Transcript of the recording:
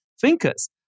thinkers